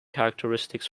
characteristics